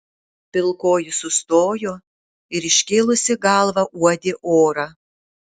pilkoji sustojo ir iškėlusi galvą uodė orą